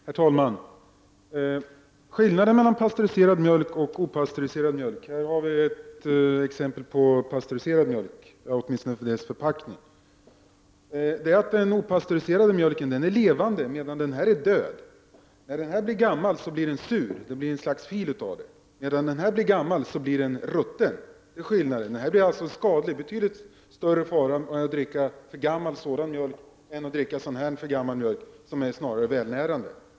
Herr talman! Skillnaden mellan pastöriserad mjölk och opastöriserad mjölk är att den opastöriserade mjölken är levande, medan den pastöriserade är död. När den opastöriserade mjölken blir gammal blir den sur — den blir till ett slags fil — medan den pastöriserade ruttnar när den blir gammal. Den pastöriserade mjölken blir alltså skadlig. Det är betydligt större fara förenad med att dricka gammal sådan mjölk än med att dricka gammal opastöriserad mjölk, som snarast är välnärande.